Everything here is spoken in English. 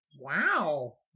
Wow